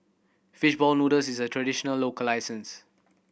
fish ball noodles is a traditional local license